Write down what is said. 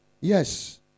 yes